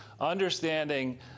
understanding